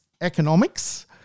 economics